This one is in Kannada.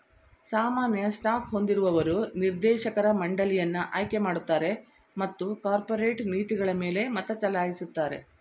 ಸಾಮಾನ್ಯ ಸ್ಟಾಕ್ ಹೊಂದಿರುವವರು ನಿರ್ದೇಶಕರ ಮಂಡಳಿಯನ್ನ ಆಯ್ಕೆಮಾಡುತ್ತಾರೆ ಮತ್ತು ಕಾರ್ಪೊರೇಟ್ ನೀತಿಗಳಮೇಲೆ ಮತಚಲಾಯಿಸುತ್ತಾರೆ